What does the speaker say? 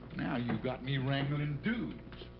now you got me wrangling dudes.